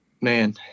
man